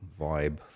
vibe